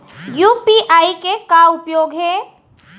UPI के का उपयोग हे?